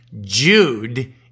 Jude